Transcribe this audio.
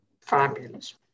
fabulous